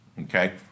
Okay